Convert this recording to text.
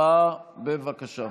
להצבעה, בבקשה.